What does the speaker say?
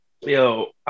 Yo